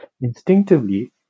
Instinctively